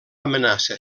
amenaça